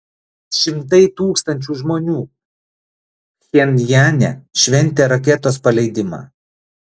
šimtai tūkstančių žmonių pchenjane šventė raketos paleidimą